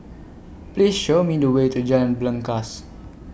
Please Show Me The Way to Jalan Belangkas